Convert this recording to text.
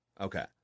Okay